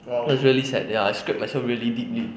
that's really sad ya I scrapped myself really deeply